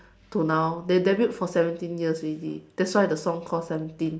to now they debut for seventeen years already that's why the song called seventeen